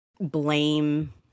blame